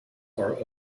are